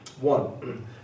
One